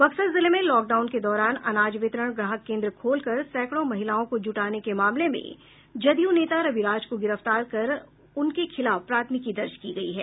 बक्सर जिले में लॉकडाउन के दौरान अनाज वितरण ग्राहक केन्द्र खोलकर सैकड़ों महिलाओं को जुटाने के मामले में जदयू नेता रवि राज को गिरफ्तार कर उनके खिलाफ प्राथमिकी दर्ज की गयी है